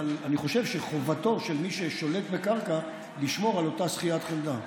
אבל אני חושב שחובתו של מי ששולט על קרקע לשמור על אותה שכיית חמדה,